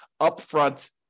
upfront